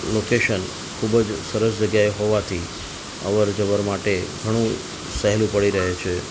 location ખૂબ જ સરસ જગ્યાએ હોવાથી અવરજવર માટે ઘણું સહેલું પડી રહે છે